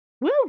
Woo